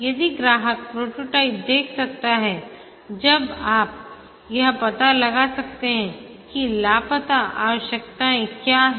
यदि ग्राहक प्रोटोटाइप देख सकता है जब आप यह पता लगा सकते हैं कि लापता आवश्यकताएं क्या हैं